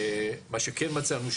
מה שכן מצאנו,